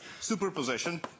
superposition